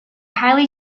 highly